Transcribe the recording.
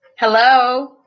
Hello